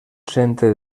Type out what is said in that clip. centre